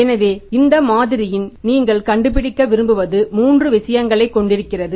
எனவே இந்த மாதிரியில் நீங்கள் கண்டுபிடிக்க விரும்புவது 3 விஷயங்களைக் கொண்டிருக்கிறது